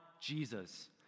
jesus